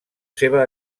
seva